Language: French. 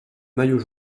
maillot